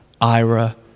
Ira